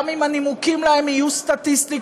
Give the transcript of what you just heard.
גם אם הנימוקים להן יהיו סטטיסטיקות.